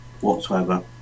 whatsoever